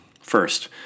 First